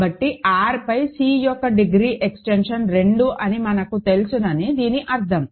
కాబట్టి R పై C యొక్క డిగ్రీ ఎక్స్టెన్షన్ 2 మనకు తెలుసునని దీని అర్థం